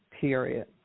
period